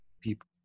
people